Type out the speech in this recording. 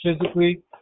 physically